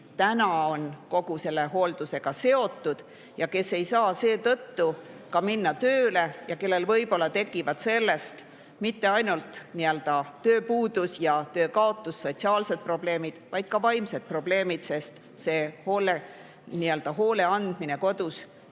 kes on kogu selle hooldusega seotud, kes ei saa seetõttu ka minna tööle ja kellel võib-olla tekivad sellest mitte ainult nii-öelda tööpuudus ja töökaotus ning sotsiaalsed probleemid, vaid ka vaimsed probleemid, sest see hoolitsemine kodus, teise